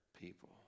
people